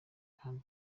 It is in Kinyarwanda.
kandi